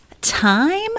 time